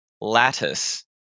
Lattice